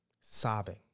sobbing